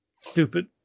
Stupid